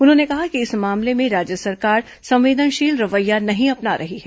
उन्होंने कहा कि इस मामले में राज्य सरकार संवेदनशील रवैया नहीं अपना रही है